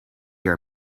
her